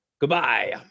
goodbye